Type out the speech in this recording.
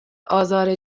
آزار